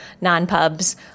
non-pubs